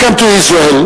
Welcome to Israel,